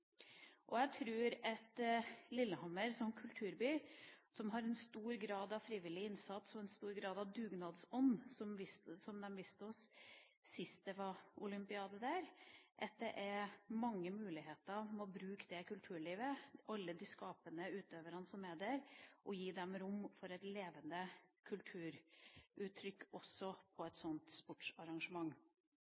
Jeg tror at Lillehammer som kulturby, hvor man har stor grad av frivillig innsats og stor grad av dugnadsånd, som de viste oss sist det var olympiade der, har mange muligheter til å bruke det kulturlivet og alle de skapende utøverne som er der – gi rom for et levende kulturuttrykk, også på et slikt sportsarrangement.